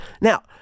now